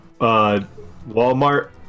Walmart